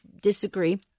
disagree